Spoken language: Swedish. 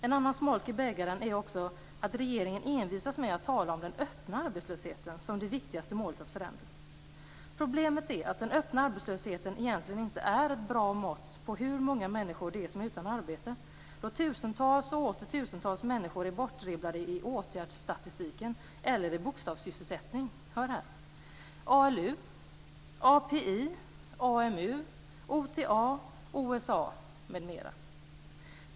En annan smolk i bägaren är också att regeringen envisas med att tala om den öppna arbetslösheten som det viktigaste målet när det gäller att förändra. Problemet är att den öppna arbetslösheten egentligen inte är ett bra mått på hur många människor som är utan arbete. Tusentals och åter tusentals människor är bortdribblade i åtgärdsstatistik eller bokstavssysselsättning. Hör här: ALU, API, AMU, OTA, OSA m.m.